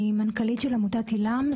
אני מנכל"ית עמותת עיל"מ,